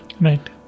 Right